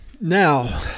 Now